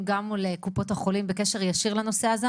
גם מול קופות החולים בקשר ישיר לנושא הזה.